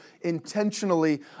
intentionally